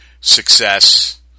success